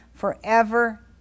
Forever